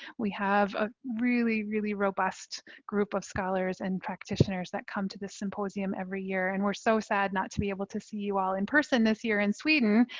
we have a really really robust group of scholars and practitioners that come to this symposium every year. and we're so sad not be able to see you all in person this year in sweden.